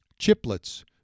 Chiplets